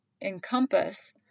encompass